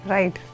Right